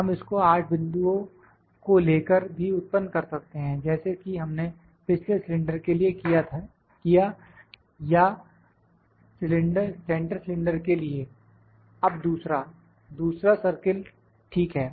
हम इसको 8 बिंदुओं को लेकर भी उत्पन्न कर सकते हैं जैसे कि हमने पिछले सिलेंडर के लिए किया या सेंटर सिलेंडर के लिए अब दूसरा दूसरा सर्किल ठीक है